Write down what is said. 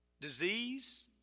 Disease